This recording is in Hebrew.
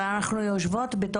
אבל אנחנו יושבות פה,